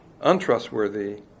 untrustworthy